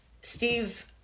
Steve